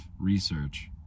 research